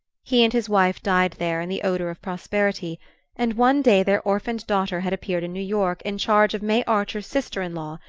he and his wife died there in the odour of prosperity and one day their orphaned daughter had appeared in new york in charge of may archer's sister-in-law,